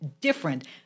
different